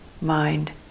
mind